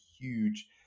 huge